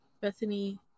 Bethany